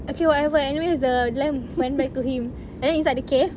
okay whatever anyways the lamp went back to him and then inside the cave